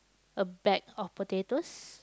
a bag of potatoes